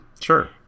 Sure